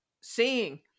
seeing